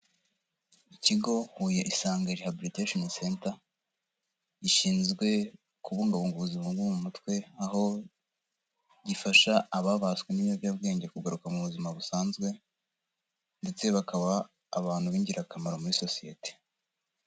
Ikigo Huye Isanga Rehabilitation Center, gishinzwe kubungabunga ubuzima bwo mu mutwe, aho gifasha ababaswe n'ibiyobyabwenge kugaruka mu buzima busanzwe ndetse bakaba abantu b'ingirakamaro muri sosiyete.